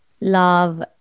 love